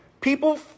People